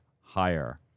higher